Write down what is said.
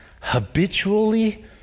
habitually